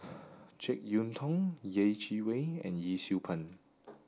Jek Yeun Thong Yeh Chi Wei and Yee Siew Pun